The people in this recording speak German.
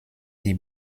die